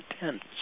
intense